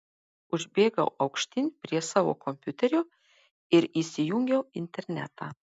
užbėgau aukštyn prie savo kompiuterio ir įsijungiau internetą